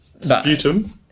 sputum